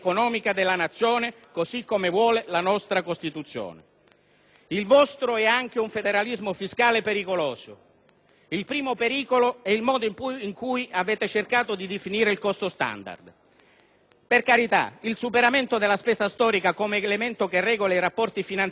Il vostro è anche un federalismo fiscale pericoloso. Il primo pericolo è il modo in cui avete cercato di definire il costo standard. Per carità, il superamento della spesa storica come elemento che regola i rapporti finanziari dello Stato con gli enti territoriali è condivisibile,